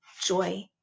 joy